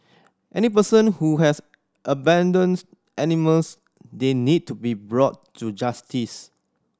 any person who has abandons animals they need to be brought to justice